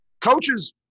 Coaches